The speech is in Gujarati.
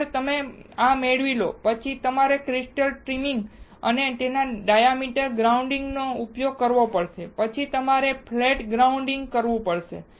એકવાર તમે આ મેળવી લો પછી તમારે ક્રિસ્ટલ ટ્રિમિંગ અને ડાયામીટર ગ્રાઇન્ડીંગનો ઉપયોગ કરવો પડશે પછી તમારે ફ્લેટ ગ્રાઇન્ડીંગ કરવું પડશે